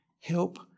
Help